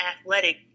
athletic